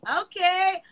okay